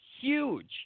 huge